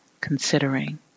considering